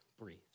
breathe